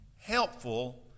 helpful